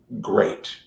great